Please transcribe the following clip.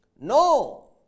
No